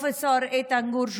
ד"ר איתן גור,